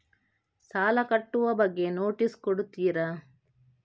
ಸಾಲ ಕಟ್ಟುವ ಬಗ್ಗೆ ನೋಟಿಸ್ ಕೊಡುತ್ತೀರ?